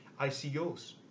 ICOs